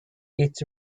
its